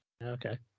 Okay